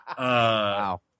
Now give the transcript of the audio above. Wow